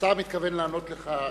השר מתכוון לענות לך,